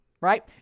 right